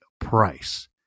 price